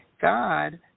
God